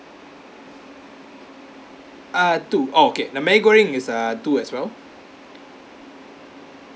ah two oh okay the Maggi goreng is uh two as well